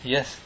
Yes